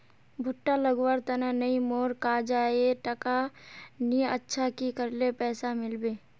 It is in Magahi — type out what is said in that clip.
भुट्टा लगवार तने नई मोर काजाए टका नि अच्छा की करले पैसा मिलबे?